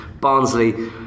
Barnsley